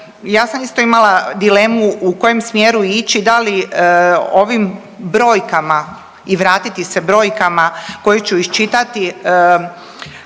Ja sam isto imala dilemu u kojem smjeru ići, da li ovim brojkama i vratiti se brojkama koje ću iščitati,